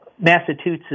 Massachusetts